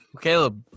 Caleb